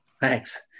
thanks